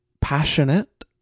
Passionate